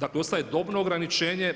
Dakle ostaje dobno ograničenje,